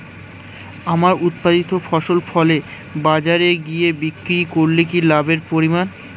আমার উৎপাদিত ফসল ফলে বাজারে গিয়ে বিক্রি করলে কি লাভের পরিমাণ?